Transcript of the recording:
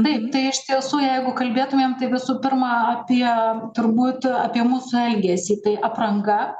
taip tai iš tiesų jeigu kalbėtumėm tai visų pirma apie turbūt apie mūsų elgesį tai apranga